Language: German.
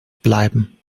bleiben